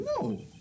No